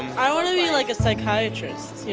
i want to be, like, a psychiatrist. yeah